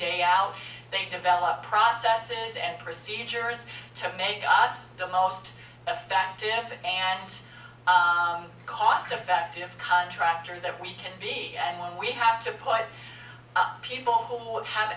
day out they develop processes and procedures to make us the most effective and costeffective contractor that we can be and when we have to put people who have